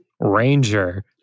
Ranger